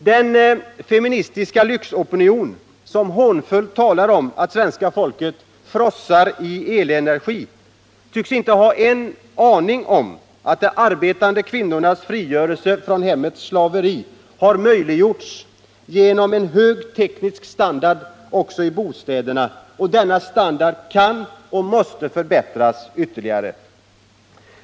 Den feministiska lyxopinion som hånfullt talar om att svenska folket ”frossar i elenergi” tycks inte ha en aning om att de arbetande kvinnornas frigörelse från hemmets slaveri har möjliggjorts genom en hög teknisk standard också i bostäderna och att denna standard kan och måste förbättras ytterligare.